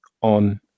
on